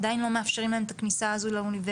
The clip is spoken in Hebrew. עדיין לא מאפשרים להם את הכניסה הזו לאוניברסיטה.